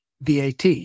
VAT